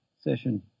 session